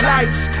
Lights